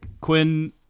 Quinn